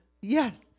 Yes